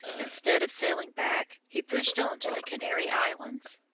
instead of sailing back, he pushed on to the canary islands.